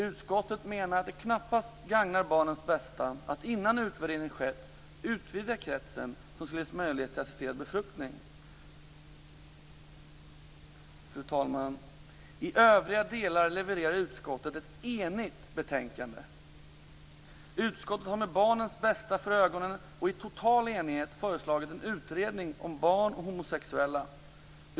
Utskottet menar att det knappast gagnar barnens bästa att innan utvärderingen skett utvidga kretsen som skulle ges möjlighet till assisterad befruktning. Fru talman! I övriga delar levererar utskottet ett enigt betänkande. Utskottet har med barnens bästa för ögonen och i total enighet föreslagit en utredning om barn och homosexuella.